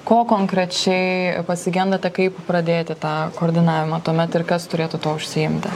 ko konkrečiai pasigendate kaip pradėti tą koordinavimą tuomet ir kas turėtų tuo užsiimti